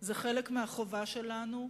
זה חלק מהחובה שלנו,